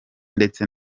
ndetse